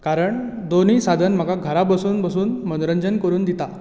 कारण दोनूय साधन म्हाका घरा बसून बसून मनोरंजन करून दिता